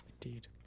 Indeed